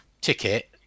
ticket